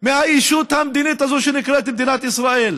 מהישות המדינית הזאת שנקראת מדינת ישראל.